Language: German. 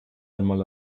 einmal